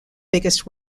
biggest